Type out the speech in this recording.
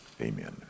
Amen